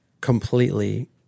completely